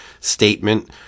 statement